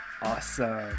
Awesome